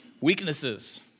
Weaknesses